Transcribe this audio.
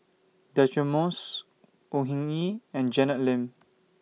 Deirdre Moss Au Hing Yee and Janet Lim